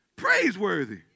Praiseworthy